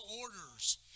orders